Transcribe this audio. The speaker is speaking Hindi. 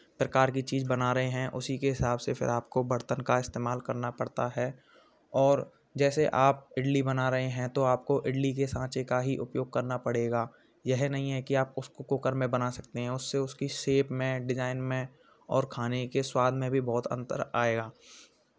प्रकार की चीज़ बना रहे हैं उसी के हिसाब से फिर आपको बर्तन का इस्तेमाल करना पड़ता है और जैसे आप इडली बना रहे हैं तो आपको इडली के साँचे का ही उपयोग करना पड़ेगा यह नहीं है कि आप उसको कूकर में बना सकते हैं उससे उसकी सेप में डिज़ाईन में और खाने के स्वाद में भी बहुत अंतर आएगा